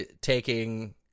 taking